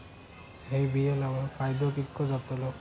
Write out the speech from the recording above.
हे बिये लाऊन फायदो कितको जातलो?